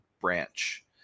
branch